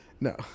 No